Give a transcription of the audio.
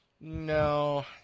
No